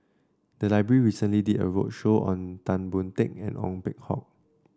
the library recently did a roadshow on Tan Boon Teik and Ong Peng Hock